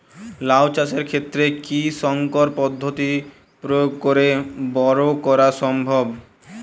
লাও চাষের ক্ষেত্রে কি সংকর পদ্ধতি প্রয়োগ করে বরো করা সম্ভব?